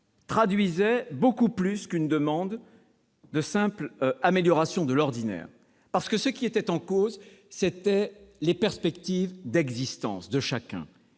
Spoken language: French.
traduisait beaucoup plus qu'une demande de simple amélioration de l'ordinaire. Ce qui était en cause, c'était les perspectives d'existence de chacun